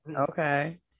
Okay